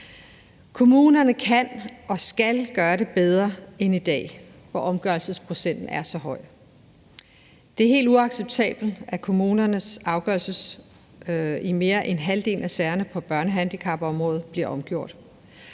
Kommunerne kan og skal gøre det bedre end i dag, hvor omgørelsesprocenten er så høj. Det er helt uacceptabelt, at kommunernes afgørelser i mere end halvdelen af sagerne på børnehandicapområdet bliver omgjort.